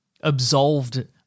absolved